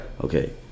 Okay